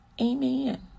Amen